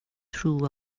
through